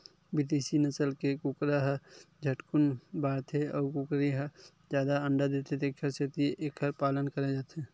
बिदेसी नसल के कुकरा ह झटकुन बाड़थे अउ कुकरी ह जादा अंडा देथे तेखर सेती एखर पालन करे जाथे